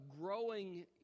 growing